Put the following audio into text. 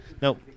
Nope